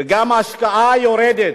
וגם ההשקעה יורדת.